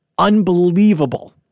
unbelievable